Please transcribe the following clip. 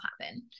happen